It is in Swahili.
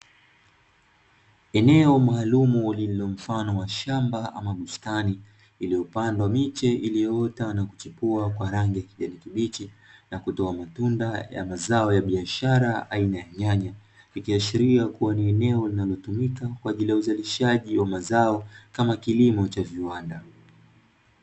Eneo maalumu lili mfano wa shamba ama bustani, iliyopandwa miche iliyoota na kuchipua kwa rangi ya kijani kibichi, na kutoa matunda ya mazao ya biashara aina ya nyanya; ikiashiria kuwa ni eneo linalotumika kwa ajili ya uzalishaji wa mazao kama kilimo cha viwanda.